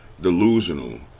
delusional